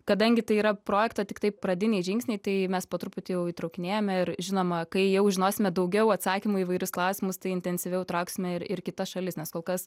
kadangi tai yra projekto tiktai pradiniai žingsniai tai mes po truputį jau įtraukinėjame ir žinoma kai jau žinosime daugiau atsakymų į įvairius klausimus tai intensyviau įtrauksime ir ir kitas šalis nes kol kas